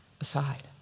aside